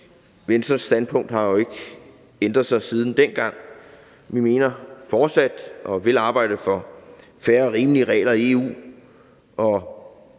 Venstres standpunkt har jo ikke ændret sig siden dengang. Vi vil fortsat arbejde for fair og rimelige regler i EU,